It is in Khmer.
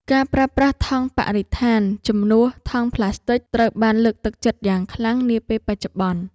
ការប្រើប្រាស់ថង់បរិស្ថានជំនួសថង់ផ្លាស្ទិកត្រូវបានលើកទឹកចិត្តយ៉ាងខ្លាំងនាពេលបច្ចុប្បន្ន។